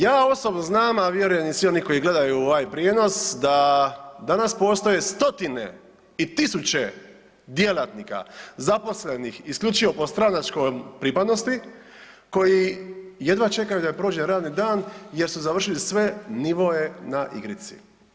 Ja osobno znam, a vjerujem i svi oni koji gledaju ovaj prijenos da danas postoje stotine i tisuće djelatnika zaposlenih isključivo po stranačkoj pripadnosti koji jedva čekaju da im prođe radni dan jer su završili sve nivoe na igrici.